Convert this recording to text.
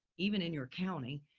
even in your county,